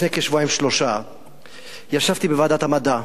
לפני כשבועיים-שלושה ישבתי בוועדת המדע,